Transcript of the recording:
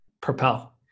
Propel